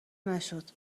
نشد